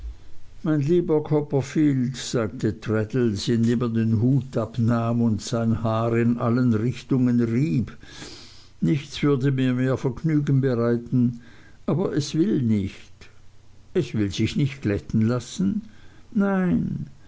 mein lieber copperfield sagte traddles indem er den hut abnahm und sein haar in allen richtungen rieb nichts würde mir mehr vergnügen bereiten aber es will nicht es will sich nicht glätten lassen nein